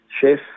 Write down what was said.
Chef